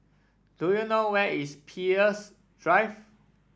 do you know where is Peirce Drive